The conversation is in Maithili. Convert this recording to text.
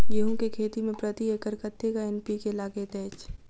गेंहूँ केँ खेती मे प्रति एकड़ कतेक एन.पी.के लागैत अछि?